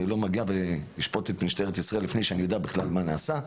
אני לא מגיע לשפוט את משטרת ישראל טרם אני יודע בכלל מה נעשה,